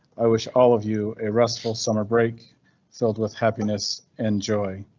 i wish all of you a restful summer break filled with happiness and joy.